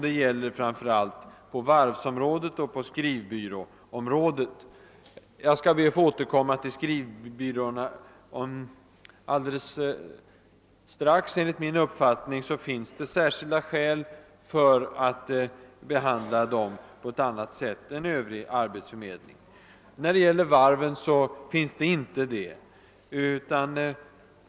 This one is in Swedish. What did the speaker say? Det gäller framför allt varvsområdet och skrivbyråerna. Jag skall be att strax få återkomma till skrivbyråerna. Enligt min uppfattning finns särskilda skäl för att behandla dem på annat sätt än övrig arbetsförmedling. När det gäller varven finns inte det.